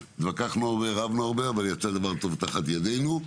התווכחנו ורבנו הרבה, אבל יצא דבר טוב תחת ידינו.